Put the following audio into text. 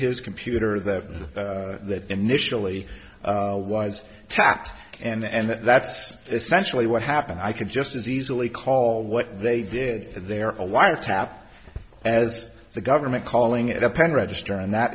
his computer that that initially was taxed and that's essentially what happened i could just as easily call what they did they are a liar tap as the government calling it a pen register and that